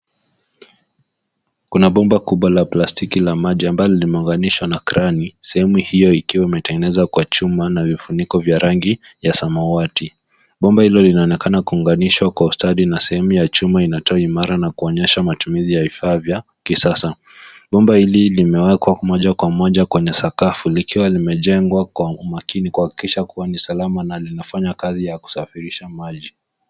Kuna bomba kubwa la plastiki la maji ambalo limeunganishwa na krani sehemu hiyo ikiwa imetengenezwa kwa chuma na vifuniko vya rangi ya samawati. Bomba hilo linaonekana kunganishwa kwa ustadi na sehemu ya chuma inatoa imara na kuonyesha matumizi ya vifaa vya kisasa, bomba hili limewekwa moja kwa moja kwenye sakafu likiwa limejengwa kwa umakini kuhakikisha kuwa ni salama na linafanya kazi ya kusafirisha maji.